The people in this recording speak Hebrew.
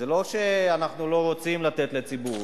זה לא שאנחנו לא רוצים לתת לציבור,